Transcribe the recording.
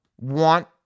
want